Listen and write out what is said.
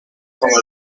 como